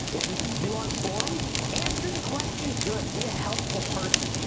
if you do on forums, answer the questions good. be a helpful person.